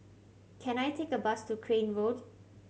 can I take a bus to Crane Road